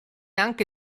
anche